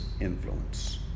influence